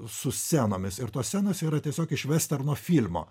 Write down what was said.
su scenomis ir tos scenos yra tiesiog iš vesterno filmo